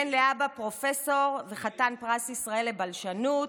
בן לאבא פרופסור וחתן פרס ישראל לבלשנות,